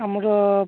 ଆମର